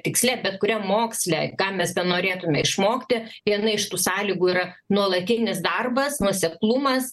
tiksle bet kuriam moksle ką mes norėtume išmokti viena iš tų sąlygų yra nuolatinis darbas nuoseklumas